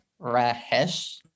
Rahesh